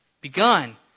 begun